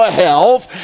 health